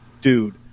dude